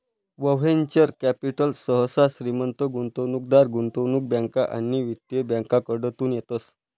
venture capital सहसा श्रीमंत गुंतवणूकदार, गुंतवणूक बँका आणि वित्तीय बँकाकडतून येतस